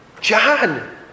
John